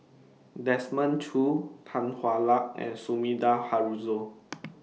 Desmond Choo Tan Hwa Luck and Sumida Haruzo